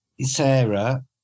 Sarah